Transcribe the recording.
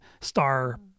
star